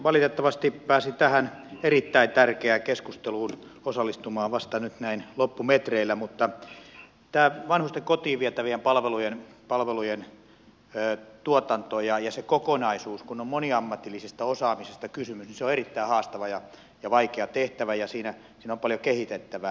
valitettavasti pääsin tähän erittäin tärkeään keskusteluun osallistumaan vasta nyt näin loppumetreillä mutta tämä vanhusten kotiin vietävien palvelujen tuotanto ja se kokonaisuus kun on moniammatillisesta osaamisesta kysymys on erittäin haastava ja vaikea tehtävä ja siinä on paljon kehitettävää